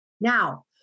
Now